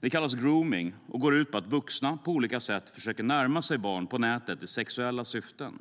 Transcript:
Det kallas gromning och går ut på att vuxna på olika sätt försöker närma sig barn på nätet i sexuella syften.